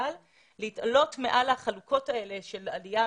להתעלות מעל החלוקות האלה של עלייה,